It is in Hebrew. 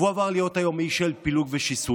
והוא עבר להיות היום איש של פילוג ושיסוי.